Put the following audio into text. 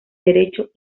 derecho